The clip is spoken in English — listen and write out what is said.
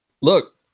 Look